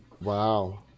Wow